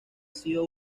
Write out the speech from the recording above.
sido